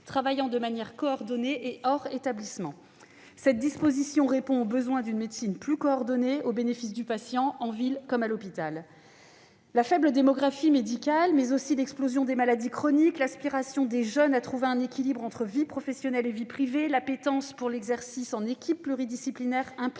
travaillant de manière coordonnée et hors établissement. Cette disposition répond aux besoins d'une médecine plus coordonnée au bénéfice du patient, en ville comme à l'hôpital. La faible démographie médicale, mais aussi l'explosion des maladies chroniques, l'aspiration des jeunes à trouver un équilibre entre vie professionnelle et vie privée ainsi que l'appétence pour l'exercice en équipe pluridisciplinaire, impliquent